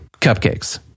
cupcakes